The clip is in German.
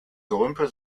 gerümpel